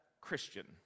Christian